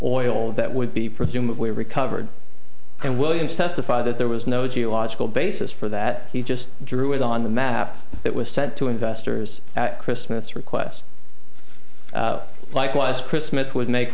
oil that would be presumably recovered and williams testify that there was no geological basis for that he just drew it on the map it was sent to investors at christmas request likewise chris smith would make